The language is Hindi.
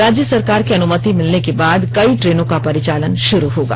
राज्य सरकार की अनुमति मिलने के बाद कई ट्रेनों का परिचालन शुरू होगा